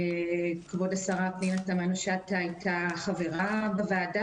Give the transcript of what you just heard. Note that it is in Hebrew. כבוד השרה פנינה תמנו שטה הייתה חברה בוועדה